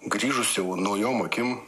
grįžus jau naujom akim